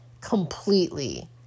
completely